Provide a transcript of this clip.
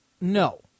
no